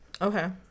okay